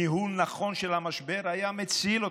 ניהול נכון של המשבר היה מציל אותם.